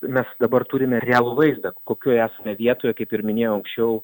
mes dabar turime realų vaizdą kokioje esame vietoje kaip ir minėjau aukščiau